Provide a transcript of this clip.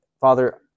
Father